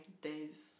days